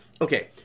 okay